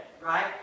Right